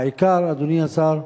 העיקר, אדוני השר: